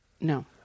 No